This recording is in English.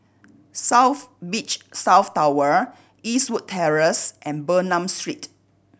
South Beach South Tower Eastwood Terrace and Bernam Street